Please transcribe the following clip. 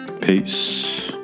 Peace